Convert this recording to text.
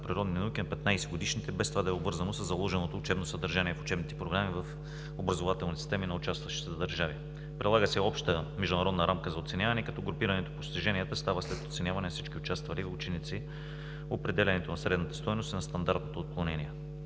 природни науки на 15-годишните, без това да е обвързано със заложеното учебно съдържание в учебните програми в образователната система на участващите държави. Прилага се обща международна рамка за оценяване, като групирането на постиженията става след оценяване на всички участвали ученици – определянето на средните стойности на стандартното отклонение.